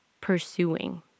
pursuing